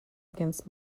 against